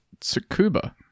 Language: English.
Tsukuba